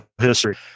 history